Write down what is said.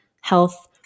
health